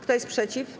Kto jest przeciw?